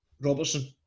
Robertson